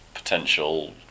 potential